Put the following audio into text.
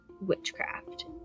witchcraft